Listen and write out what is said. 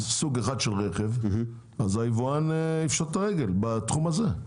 סוג אחד של רכב אז היבואן יפשוט את הרגל בתחום הזה.